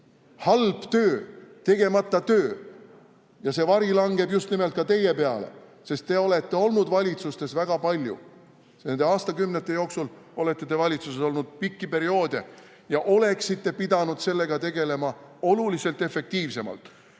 halb töö, tegemata töö. Ja see vari langeb just nimelt ka teie peale, sest te olete olnud valitsustes väga palju. Nende aastakümnete jooksul te olete valitsuses olnud pikki perioode ja oleksite pidanud selle teemaga tegelema märksa efektiivsemalt,